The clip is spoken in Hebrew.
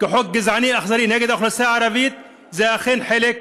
כחוק גזעני אכזרי נגד האוכלוסייה הערבית,